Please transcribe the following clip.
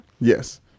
Yes